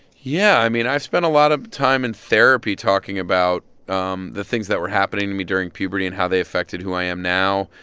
yeah. i mean, i've spent a lot of time in therapy talking about um the things that were happening to me during puberty and how they affected who i am now.